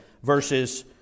Verses